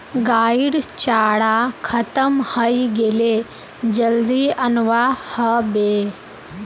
गाइर चारा खत्म हइ गेले जल्दी अनवा ह बे